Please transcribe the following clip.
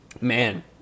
Man